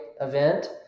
event